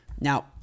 Now